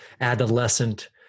adolescent